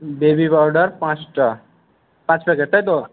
baby powder পাঁচটা পাঁচ packet তাই তো